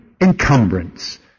encumbrance